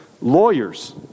Lawyers